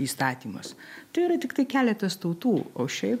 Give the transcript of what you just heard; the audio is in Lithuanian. įstatymas tai yra tiktai keletas tautų o šiaip